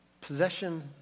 possession